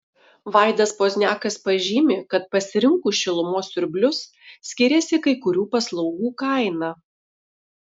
vaidas pozniakas pažymi kad pasirinkus šilumos siurblius skiriasi kai kurių paslaugų kaina